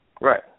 Right